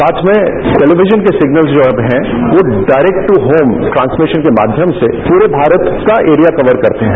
साथ में टेलीविजन के सिगनल्स जो अब हैं वो डायरेक्ट दू होम ट्रांसमिशन के माध्यम से पूरे भारत का एरिया कवर करते हैं